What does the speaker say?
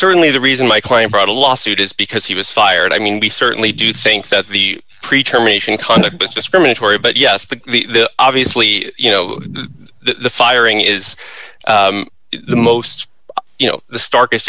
certainly the reason my client brought a lawsuit is because he was fired i mean we certainly do think that the pre term ation conduct was discriminatory but yes the the the obviously you know the firing is the most you know the starkest